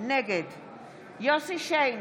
נגד יוסף שיין,